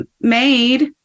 made